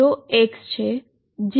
પછીથી શું થાય છે